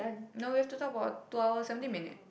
no we have to talk about two hour seventeen minute